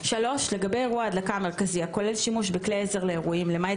לגבי אירוע הדלקה מרכזי הכולל שימוש בכלי עזר לאירועים למעט